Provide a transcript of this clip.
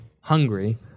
hungry